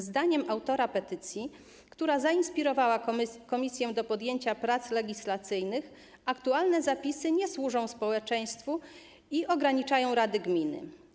Zdaniem autora petycji, która zainspirowała komisję do podjęcia prac legislacyjnych, aktualne przepisy nie służą społeczeństwu i ograniczają rady gminy.